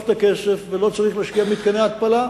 את הכסף ולא צריך להשקיע במתקני התפלה.